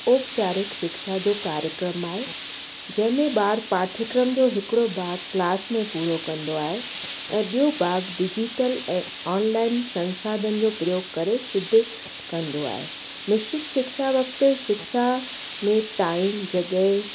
ओपचारिक शिक्षा जो कार्यक्रम आहे जंहिंमें ॿार पाठ्यक्रम जो हिकिड़ो भाग क्लास में पूरो कंदो आहे ऐं ॿियों भाग डिजीटल ऐं ऑनलाइन संसधान जो प्रयोग करे सिद्ध कंदो आहे मिश्रित शिक्षा वक़्तु सिक्षा में टाइम जॻहि